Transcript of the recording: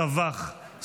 טבח,